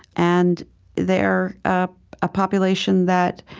and they're a ah population that,